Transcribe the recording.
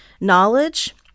knowledge